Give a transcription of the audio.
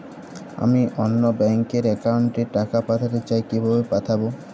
আমি অন্য ব্যাংক র অ্যাকাউন্ট এ টাকা পাঠাতে চাই কিভাবে পাঠাবো?